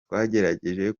twagerageje